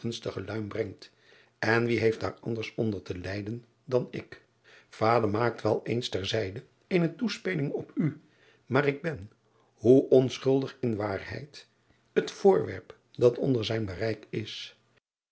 luim brengt en wie heeft daar anders onder te lijden dan ik ader maakt wel eens ter zijde eene toespeling op u maar ik ben hoe onschuldig in waarheid het voorwerp dat onder zijn bereik is